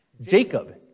Jacob